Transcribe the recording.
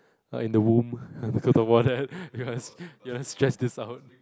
uh in the womb because got water you're you're stressed this out